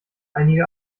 einige